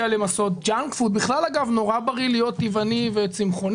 למיץ טבעי, ליצרני מיץ טבעי